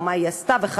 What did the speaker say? או מה היא עשתה וכדומה,